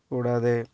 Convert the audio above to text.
കൂടാതെ